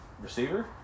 receiver